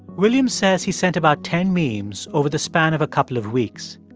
williams says he sent about ten memes over the span of a couple of weeks.